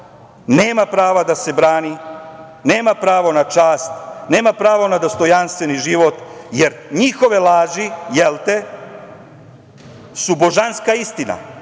nema prava da se brani, nema pravo na čast, nema pravo na dostojanstveni život. Jer njihove laži, jel te, su božanska istina